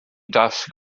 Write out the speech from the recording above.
dasg